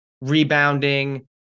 rebounding